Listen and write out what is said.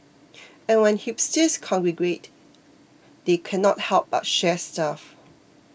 and when hipsters congregate they cannot help but share stuff